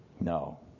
No